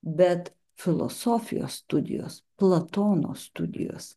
bet filosofijos studijos platono studijos